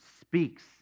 speaks